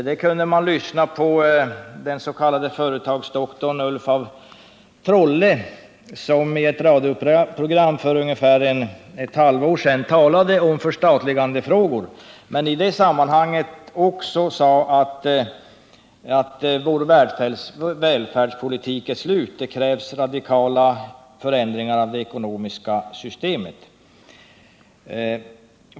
Man kunde lyssna på den s.k. företagsdoktorn Ulf af Trolle i ett radioprogram för ungefär ett halvår sedan, där han talade om förstatligandefrågor men i det sammanhanget också sade att vår välfärdspolitik är slut och att det krävs en radikal förändring av det ekonomiska systemet.